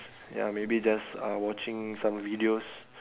ya maybe just uh watching some videos